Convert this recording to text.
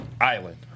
island